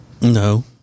No